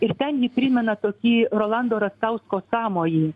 ir ten ji primena tokį rolando rastausko sąmojį